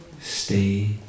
stay